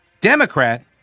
Democrat